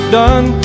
done